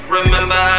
Remember